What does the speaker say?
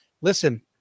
listen